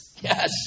Yes